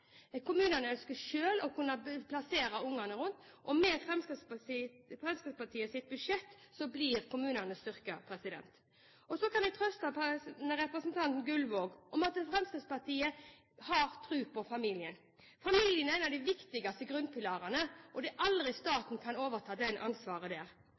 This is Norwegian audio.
Kommunene ønsker selv å kunne plassere barna rundt omkring, og med Fremskrittspartiets budsjett blir kommunene styrket. Så kan jeg trøste representanten Gullvåg med at Fremskrittspartiet har tro på familien. Familien er en av de viktigste grunnpilarene, og staten kan aldri overta det ansvaret.